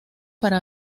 para